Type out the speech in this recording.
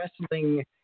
wrestling